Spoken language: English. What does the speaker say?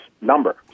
number